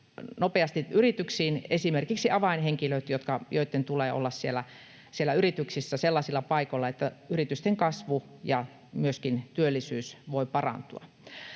nopeasti yrityksiin, esimerkiksi avainhenkilöille, joiden tulee olla siellä yrityksissä sellaisilla paikoilla, että yritysten kasvu ja myöskin työllisyys voi parantua.